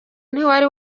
ntiwari